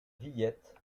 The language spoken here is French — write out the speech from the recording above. villette